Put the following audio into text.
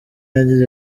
yagize